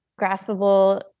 graspable